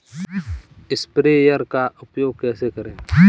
Sprayer का उपयोग कैसे करें?